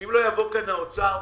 אם לא יבוא לכאן האוצר,